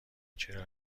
چرا